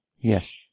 Yes